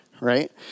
right